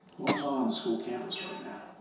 school campus right now.